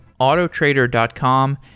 autotrader.com